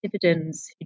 dividends